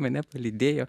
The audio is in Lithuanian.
mane palydėjo